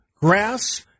grass